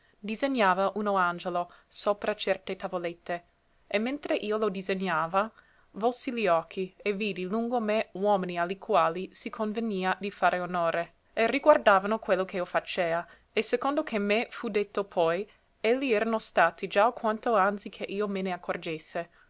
disegnava uno angelo sopra certe tavolette e mentre io lo disegnava volsi li occhi e vidi lungo me uomini a li quali si convenia di fare onore e riguardavano quello che io facea e secondo che me fu detto poi elli erano stati già alquanto anzi che io me ne accorgesse